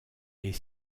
est